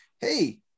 hey